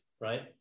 right